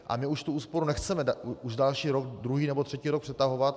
Ale my už tu úsporu nechceme už další rok, druhý nebo třetí rok přetahovat.